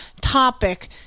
topic